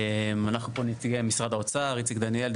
אנחנו פה נציגי משרד האוצר: איציק דניאל,